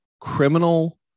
criminal